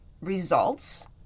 results